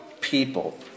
people